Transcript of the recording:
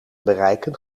bereiken